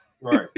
Right